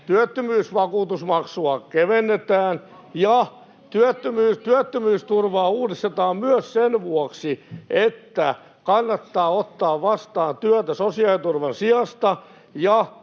Työttömyysvakuutusmaksua kevennetään ja työttömyysturvaa uudistetaan myös sen vuoksi, että kannattaa ottaa vastaan työtä sosiaaliturvan sijasta